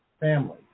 family